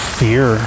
fear